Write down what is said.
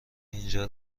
اینجا